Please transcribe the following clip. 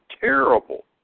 terrible